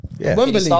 Wembley